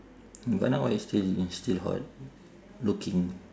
is still is still hot looking